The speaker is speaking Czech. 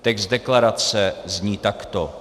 Text deklarace zní takto: